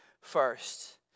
first